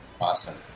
Awesome